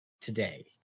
today